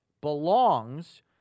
belongs